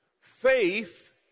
Faith